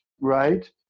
right